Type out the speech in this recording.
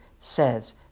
says